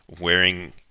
wearing